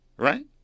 Right